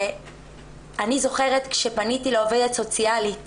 שאני זוכרת שפניתי לעובדת סוציאלית